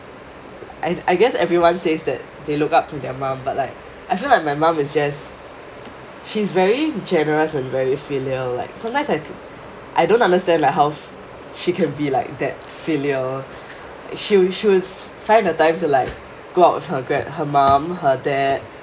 I I guess everyone says that they look up to their mum but like I feel like my mum is just she is very generous and very filial like sometimes I I don't understand like how she can be like that filial she will she will find a time to like go out with her gr~ her mum her dad